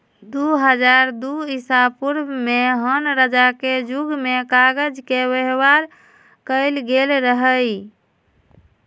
दू हज़ार दू ईसापूर्व में हान रजा के जुग में कागज के व्यवहार कएल गेल रहइ